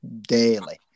daily